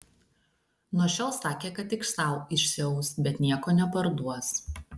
nuo šiol sakė kad tik sau išsiaus bet nieko neparduos